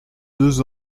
deux